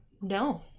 No